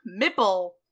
Mipple